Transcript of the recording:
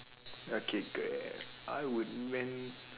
okay great I would man